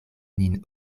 nin